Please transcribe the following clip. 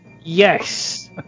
Yes